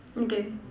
okay